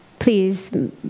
Please